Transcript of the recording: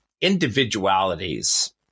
individualities